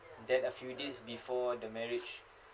then a few days before the marriage